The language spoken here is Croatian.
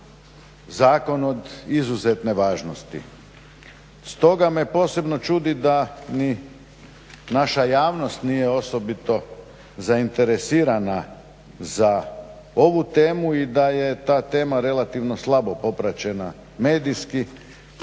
zakon od izuzetne važnosti. Stoga me posebno čudi da ni naša javnost nije osobito zainteresirana za ovu temu i da je ta tema relativno slabo popraćena medijski.